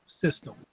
system